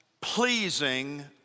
pleasing